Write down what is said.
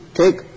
take